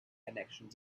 connections